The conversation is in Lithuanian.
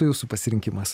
jūsų pasirinkimas